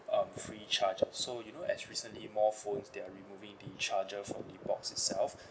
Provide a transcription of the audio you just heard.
um free charger so you know as recently more phones they are removing the charger for the box itself